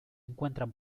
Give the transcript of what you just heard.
encuentran